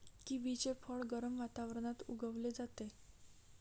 किवीचे फळ गरम वातावरणात उगवले जाते